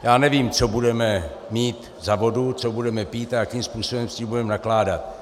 Já nevím, co budeme mít za vodu, co budeme pít a jakým způsobem s tím budeme nakládat.